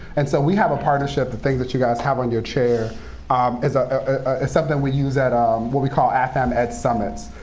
and so we have a partnership. the things that you guys have on your chair um is ah ah something we use, um what we call af-am ed summits.